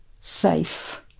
safe